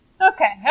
Okay